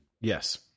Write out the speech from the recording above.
Yes